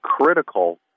critical